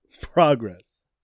progress